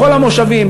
בכל המושבים,